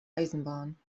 eisenbahn